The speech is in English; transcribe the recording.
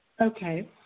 Okay